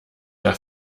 der